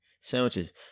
sandwiches